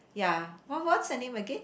ya what what's her name again